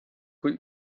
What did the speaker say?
kui